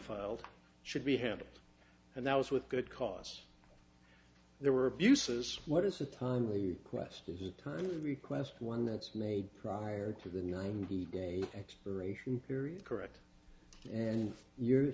filed should be handled and that was with good cause there were abuses what is a timely question is a timely request one that's made prior to the ninety day expiration period correct and you're